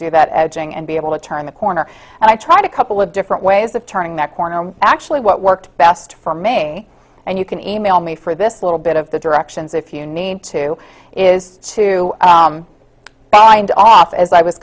do that edging and be able to turn the corner and i tried a couple of different ways of turning that corner and actually what worked best for me and you can e mail me for this little bit of the directions if you need to is to find off as i was